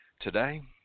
today